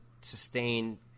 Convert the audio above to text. sustain